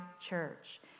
church